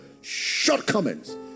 shortcomings